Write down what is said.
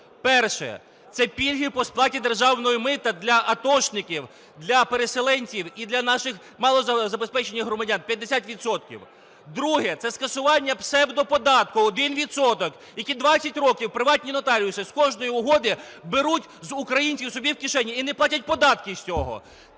Перше. Це пільги по сплаті державного мита для атошників, для переселенців і для наших малозабезпечених громадян – 50 відсотків. Друге. Це скасування псевдоподатку в 1 відсоток, який 20 років приватні нотаріуси з кожної угоди беруть з українців собі в кишені і не платять податків з цього.